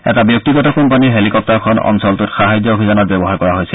এটা ব্যক্তিগত কোম্পানীৰ হেলিপ্তাৰখন অঞ্চলটোত সাহায্য অভিযানত ব্যৱহাৰ কৰা হৈছিল